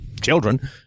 children